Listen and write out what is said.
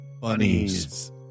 Bunnies